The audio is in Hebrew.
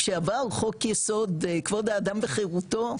כשעבר חוק יסוד כבוד האדם וחירותו,